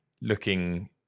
looking